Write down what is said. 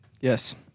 Yes